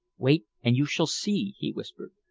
wait, and you shall see, he whispered.